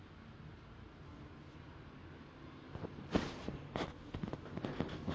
then I was researching a lot a lot a lot but I couldn't get much detail because you know the nature of the job